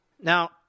Now